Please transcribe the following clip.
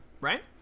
Right